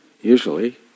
usually